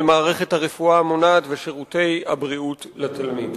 מערכת הרפואה המונעת ושירותי הבריאות לתלמיד.